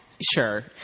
Sure